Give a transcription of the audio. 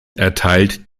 erteilt